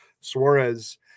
Suarez